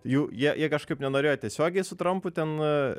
jų jie jie kažkaip nenorėjo tiesiogiai su trampu ten